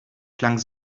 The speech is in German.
klang